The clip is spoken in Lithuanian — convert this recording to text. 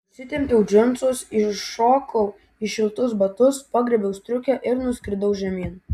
užsitempiau džinsus įšokau į šiltus batus pagriebiau striukę ir nuskridau žemyn